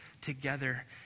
together